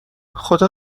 خدا